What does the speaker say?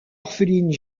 orpheline